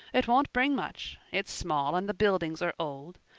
it won't bring much it's small and the buildings are old.